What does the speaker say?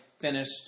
finished